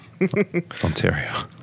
Ontario